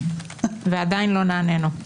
ועדיין לא נענינו,